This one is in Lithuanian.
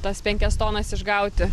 tas penkias tonas išgauti